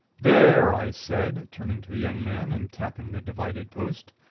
there! i said, turning to the young man and tapping the divided post.